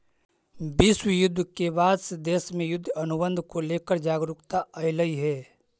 विश्व युद्ध के बाद से देश में युद्ध अनुबंध को लेकर जागरूकता अइलइ हे